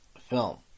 film